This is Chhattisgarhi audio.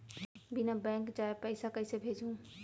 बिना बैंक जाये पइसा कइसे भेजहूँ?